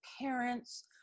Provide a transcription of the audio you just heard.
parents